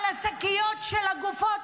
על השקיות של הגופות,